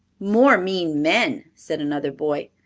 more mean men, said another boy.